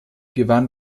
gewann